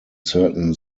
certain